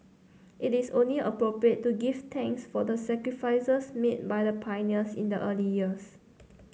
it is only appropriate to give thanks for the sacrifices made by the pioneers in the early years